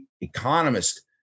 economist